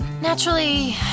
Naturally